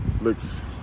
looks